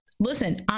Listen